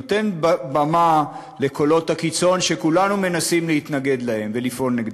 נותנת במה לקולות הקיצון שכולנו מנסים להתנגד להם ולפעול נגדם.